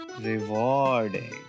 Rewarding